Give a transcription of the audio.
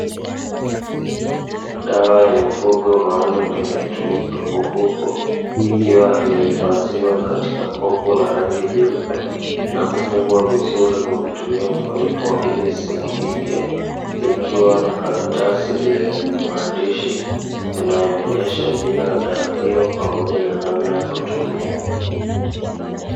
Dawa ya mifugo maalumu inayotumika kwa kuku, ikiwa imehifadhiwa katika kopo la rangi jeupe na kufungwa vizuri kwa kutumia mfuniko ili isimwagike, likiwa na karatasi lenye maandishi yanayoonesha jina la dawa hiyo pamoja na namna ya kutumia.